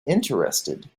interested